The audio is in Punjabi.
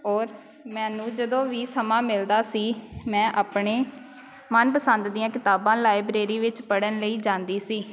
ਔਰ ਮੈਨੂੰ ਜਦੋਂ ਵੀ ਸਮਾਂ ਮਿਲਦਾ ਸੀ ਮੈਂ ਆਪਣੇ ਮਨਪਸੰਦ ਦੀਆਂ ਕਿਤਾਬਾਂ ਲਾਇਬ੍ਰੇਰੀ ਵਿੱਚ ਪੜ੍ਹਣ ਲਈ ਜਾਂਦੀ ਸੀ